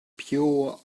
pure